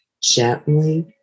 gently